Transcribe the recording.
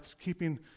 keeping